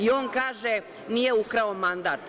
On kaže nije ukrao mandat.